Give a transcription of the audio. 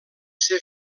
ser